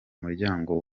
muryango